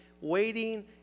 waiting